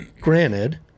granted